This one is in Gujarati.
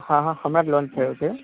હા હા હમણાં જ લૉન્ચ થયો છે